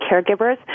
caregivers